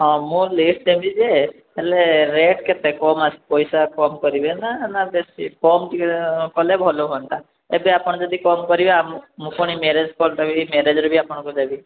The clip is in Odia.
ହଁ ମୁଁ ଲେଟ୍ ଦେବି ଯେ ହେଲେ ରେଟ୍ କେତେ କମ ଆସିବ ପଇସା କମ୍ କରିବେ ନା ନା ବେଶୀ କମ ଟିକେ କଲେ ଭଲ ହୁଅନ୍ତା ଏବେ ଆପଣ ଯଦି କମ୍ କରିବେ ଆମକୁ ମୁଁ ପୁଣି ମ୍ୟାରେଜ୍ ଦେବି ମ୍ୟାରେଜ୍ରେ ବି ଆପଣଙ୍କୁ ଦେବି